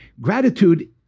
gratitude